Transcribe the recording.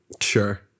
Sure